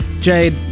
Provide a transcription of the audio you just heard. Jade